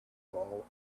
all